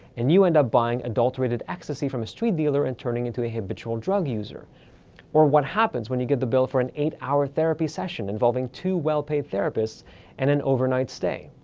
and you end up buying adulterated ecstasy from a street dealer and turning into a habitual drug user or what happens when you get the bill for an eight hour therapy session involving two well-paid therapists and an overnight stay?